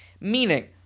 Meaning